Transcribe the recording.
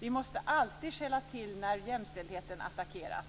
Vi måste alltid skälla till när jämställdheten attackeras.